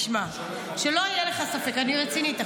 תשמע, שלא יהיה לך ספק, אני רצינית עכשיו.